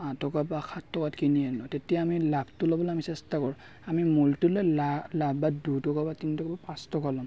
আঠ টকা বা সাত টকাত কিনি আনো তেতিয়া আমি লাভটো ল'বলৈ আমি চেষ্টা কৰোঁ আমি মূলটো লৈ লাভ বা দুটকা বা তিনি টকা বা পাঁচ টকা ল'ম